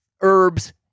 herbs